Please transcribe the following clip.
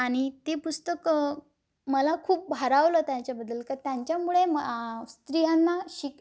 आणि ते पुस्तक मला खूप भारवलं त्यांच्याबद्दल का त्यांच्यामुळे म स्त्रियांना शिक